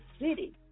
city